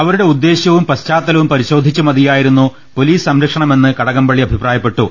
അവരുടെ ഉദ്ദേശ്യവും പശ്ചാത്തലവും പരി ശോധിച്ച് മതിയായിരുന്നു പൊലീസ് സംരക്ഷണമെന്ന് കട കംപള്ളി അഭിപ്രായപ്പെട്ടു